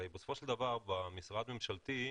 בסופו של דבר במשרד ממשלתי,